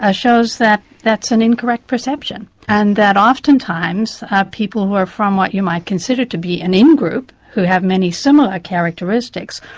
ah shows that that's an incorrect perception, and that oftentimes people who are from what you might consider to be an in-group, who have many similar characteristics,